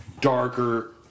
darker